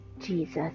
Jesus